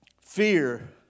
Fear